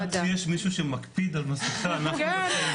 עד שיש מישהו שמקפיד על מסכה, אנחנו --- כן.